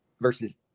Versus